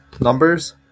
numbers